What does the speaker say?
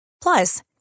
Plus